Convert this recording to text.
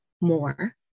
more